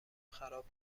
خراب